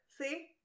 See